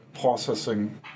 processing